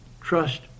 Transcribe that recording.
trust